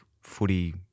footy